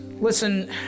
Listen